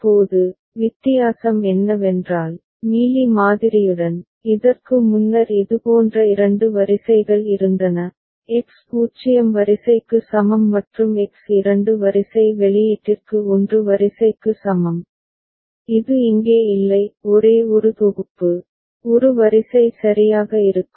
இப்போது வித்தியாசம் என்னவென்றால் மீலி மாதிரியுடன் இதற்கு முன்னர் இதுபோன்ற இரண்டு வரிசைகள் இருந்தன எக்ஸ் 0 வரிசைக்கு சமம் மற்றும் எக்ஸ் இரண்டு வரிசை வெளியீட்டிற்கு 1 வரிசைக்கு சமம் இது இங்கே இல்லை ஒரே ஒரு தொகுப்பு ஒரு வரிசை சரியாக இருக்கும்